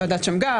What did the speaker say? ועדת שמגר,